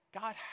God